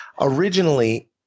Originally